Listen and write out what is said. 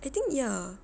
I think ya